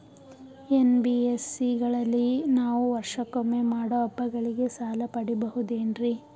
NBSC ಗಳಲ್ಲಿ ನಾವು ವರ್ಷಕೊಮ್ಮೆ ಮಾಡೋ ಹಬ್ಬಗಳಿಗೆ ಸಾಲ ಪಡೆಯಬಹುದೇನ್ರಿ?